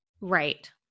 Right